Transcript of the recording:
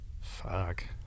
fuck